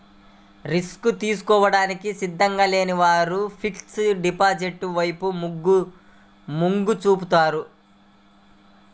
risk తీసుకోవడానికి సిద్ధంగా లేని వారు ఫిక్స్డ్ డిపాజిట్ల వైపు మొగ్గు చూపుతున్నారు